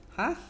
!huh!